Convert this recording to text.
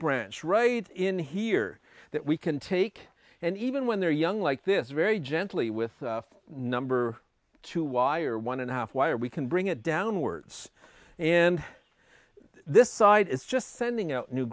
branch right in here that we can take and even when they're young like this very gently with a number two wire one and a half wire we can bring it downwards and this side is just sending out new